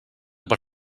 per